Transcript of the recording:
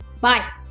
Bye